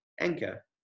Anchor